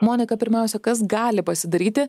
monika pirmiausia kas gali pasidaryti